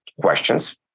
questions